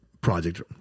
project